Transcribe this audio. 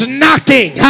knocking